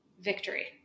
victory